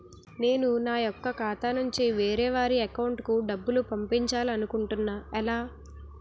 నేను నా యెక్క ఖాతా నుంచి వేరే వారి అకౌంట్ కు డబ్బులు పంపించాలనుకుంటున్నా ఎలా?